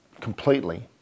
completely